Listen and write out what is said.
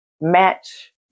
match